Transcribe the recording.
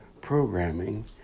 programming